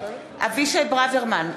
אבישי ברוורמן,